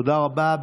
תודה רבה.